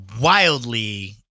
wildly